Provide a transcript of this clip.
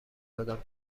دادم